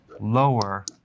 lower